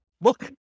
look